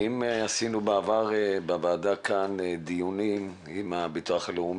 אם עשינו בעבר בוועדה כאן דיונים עם הביטוח הלאומי,